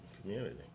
community